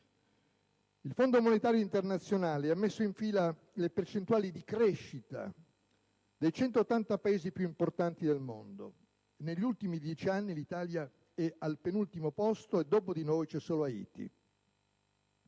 Il Fondo monetario internazionale ha messo in fila le percentuali di crescita dei 180 Paesi più importanti del mondo. Negli ultimi dieci anni, l'Italia è al penultimo posto e, dopo di noi, c'è solo Haiti.